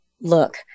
look